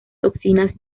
toxinas